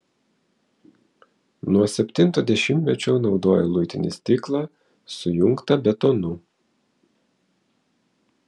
nuo septinto dešimtmečio naudoja luitinį stiklą sujungtą betonu